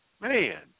man